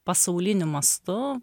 pasauliniu mastu